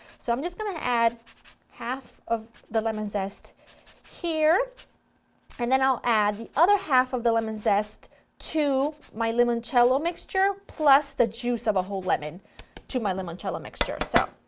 so i'm just going to add half of the lemon zest here and then i'll add the other half of the lemon zest to my limoncello mixture, plus the juice of a whole lemon to my limoncello mixture. so